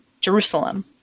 Jerusalem